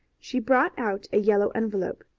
she brought out a yellow envelope.